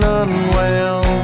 unwell